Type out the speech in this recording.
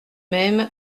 même